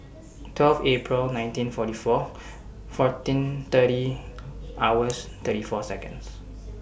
twelve April nineteen forty four fourteen thirty hours thirty four Seconds